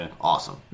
awesome